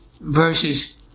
verses